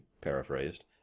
paraphrased